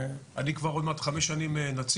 אני כבר עוד מעט חמש שנים נציג,